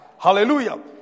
Hallelujah